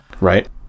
right